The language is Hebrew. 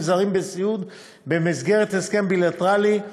זרים בסיעוד מנפאל וסרילנקה במסגרת הסכם בילטרלי.